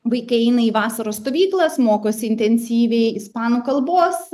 vaikai eina į vasaros stovyklas mokosi intensyviai ispanų kalbos